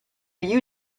you